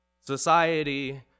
society